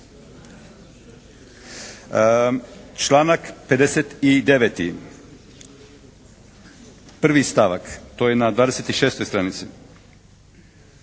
Članak 59. 1. stavak. To je na 26. stranici.